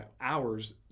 hours